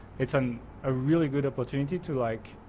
it's and a really good opportunity to like,